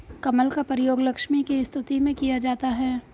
कमल का प्रयोग लक्ष्मी की स्तुति में किया जाता है